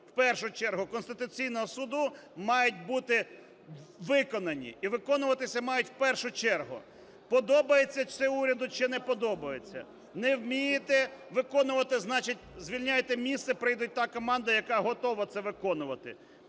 в першу чергу, Конституційного Суду мають бути виконані, і виконуватися мають в першу чергу, подобається це уряду чи не подобається. Не вмієте виконувати - значить, звільняйте місце, прийде та команда, яка готова це виконувати.